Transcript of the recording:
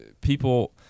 people